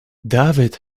david